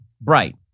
bright